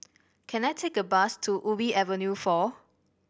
can I take a bus to Ubi Avenue four